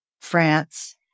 France